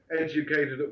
educated